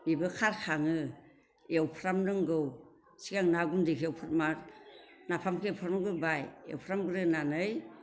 बिबो खारखाङो एवफ्रामनांगौ सिगां ना गुन्दैखो नाफामखो एवफ्रामग्रोबाय एवफ्रामग्रोनानै